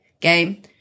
game